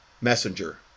messenger